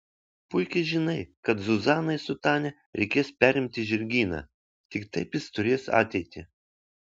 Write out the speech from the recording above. puikiai žinai kad zuzanai su tania reikės perimti žirgyną tik taip jis turės ateitį